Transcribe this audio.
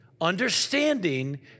Understanding